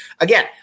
again